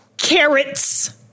Carrots